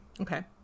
Okay